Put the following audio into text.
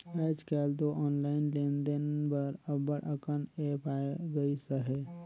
आएज काएल दो ऑनलाईन लेन देन बर अब्बड़ अकन ऐप आए गइस अहे